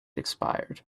expired